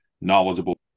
knowledgeable